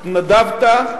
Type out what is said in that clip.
התנדבת,